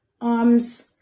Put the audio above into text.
arms